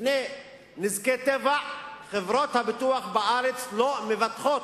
מפני נזקי טבע, חברות הביטוח בארץ לא מבטחות.